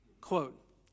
Quote